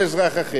אלא להיפך,